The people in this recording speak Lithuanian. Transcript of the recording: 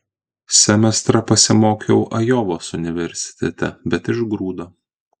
semestrą pasimokiau ajovos universitete bet išgrūdo